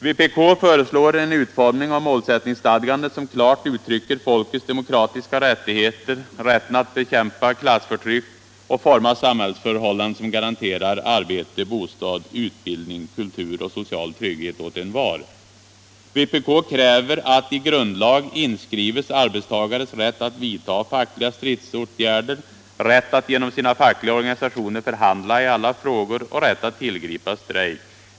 Vpk föreslår en utformning av målsättningsstadgandet som klart uttrycker folkets demokratiska rättigheter, rätten att bekämpa klassförtryck och forma samhällsförhållanden som garanterar arbete, bostad, utbildning, kultur och social trygghet åt envar. Vpk kräver att i grundlag inskrives arbetstagares rätt att vidta fackliga stridsåtgärder, rätt att genom sina fackliga organisationer förhandla i alla frågor och rätt att tillgripa strejk.